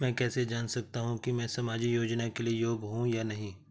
मैं कैसे जान सकता हूँ कि मैं सामाजिक योजना के लिए योग्य हूँ या नहीं?